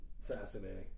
Fascinating